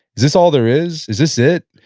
is this all there is? is this it?